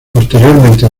posteriormente